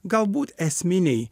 galbūt esminiai